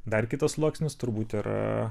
dar kitas sluoksnis turbūt yra